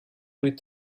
with